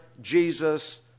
Jesus